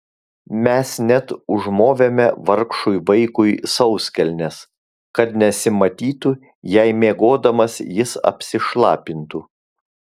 mes net užmovėme vargšui vaikui sauskelnes kad nesimatytų jei miegodamas jis apsišlapintų